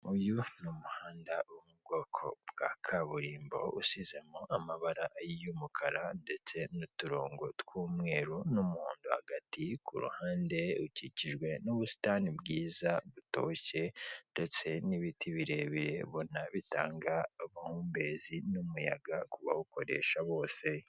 Uyu ni umuhanda uvugwa ko bwa kaburimbo usizemo amabara y'umukara ndetse aturongo n'umweru n'umuhondo hagati ku ruhande ukikijwe n'ubusitani bwiza butoshye ndetse n'umuyaga kubawukoresha bose.